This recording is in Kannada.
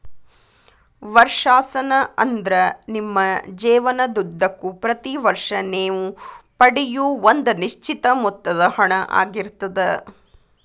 ವರ್ಷಾಶನ ಅಂದ್ರ ನಿಮ್ಮ ಜೇವನದುದ್ದಕ್ಕೂ ಪ್ರತಿ ವರ್ಷ ನೇವು ಪಡೆಯೂ ಒಂದ ನಿಶ್ಚಿತ ಮೊತ್ತದ ಹಣ ಆಗಿರ್ತದ